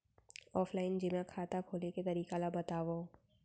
Offline जेमा खाता खोले के तरीका ल बतावव?